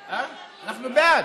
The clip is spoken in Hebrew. אנחנו בעד,